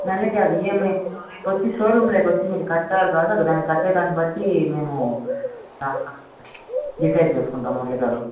నెలకు కాదు ఈఎంఐ మీరు రేపొచ్చి షోరూమ్లోకొచ్చి మీరు కడతారు కదా దానికి కట్టే దాని మేము డిసైడ్ చేసుకుంటాము మురళి గారు